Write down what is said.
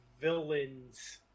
villains